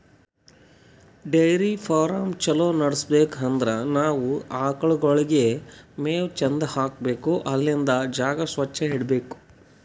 dairy farm ಛಲೋ ನಡ್ಸ್ಬೇಕ್ ಅಂದ್ರ ನಾವ್ ಆಕಳ್ಗೋಳಿಗ್ ಮೇವ್ ಚಂದ್ ಹಾಕ್ಬೇಕ್ ಅಲ್ಲಿಂದ್ ಜಾಗ ಸ್ವಚ್ಚ್ ಇಟಗೋಬೇಕ್